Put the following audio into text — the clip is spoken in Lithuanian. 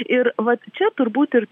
ir vat čia turbūt ir